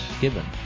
given